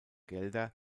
gelder